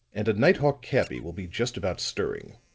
and a night-hawk cabby will be just about stirring.